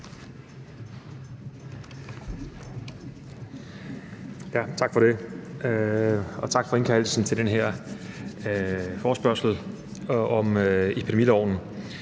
Tak for det, og tak for indkaldelsen til den her forespørgsel om epidemiloven.